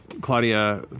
Claudia